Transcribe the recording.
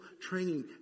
training